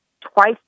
twice